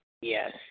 Yes